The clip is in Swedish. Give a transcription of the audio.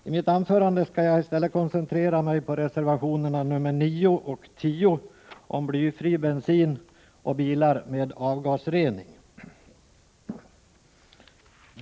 I mitt anförande skall jag i stället koncentrera mig på reservationerna 9 och 10 om blyfri bensin och bilar med avgasrening.